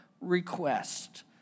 request